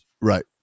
right